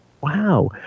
Wow